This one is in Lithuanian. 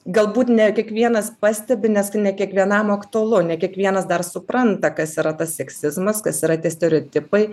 galbūt ne kiekvienas pastebi nes tai ne kiekvienam aktualu ne kiekvienas dar supranta kas yra tas seksizmas kas yra tie stereotipai